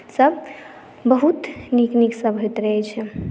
सभ बहुत नीक नीकसभ होइत रहैत छै